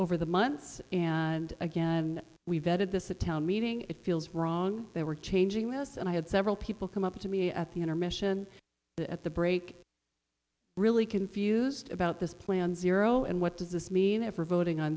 over the months and again we vetted this a town meeting it feels wrong they were changing with us and i had several people come up to me at the intermission at the break really confused about this plan zero and what does this mean if we're voting on